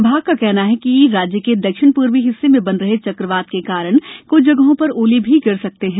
विभाग का कहना है कि प्रदेश के दक्षिण पूर्वी हिस्से में बन रहे चक्रवात के कारण क्छ जगहों पर ओले भी गिर सकते हैं